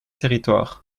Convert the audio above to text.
territoires